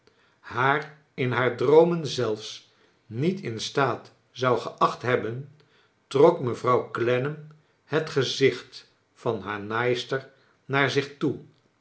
haar in haar droomen zelfs niet in staat zou geacht hebben trok mevrouw clennam het gezicht van haar naaister naar zich toe